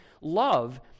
Love